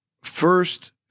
First